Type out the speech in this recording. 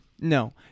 No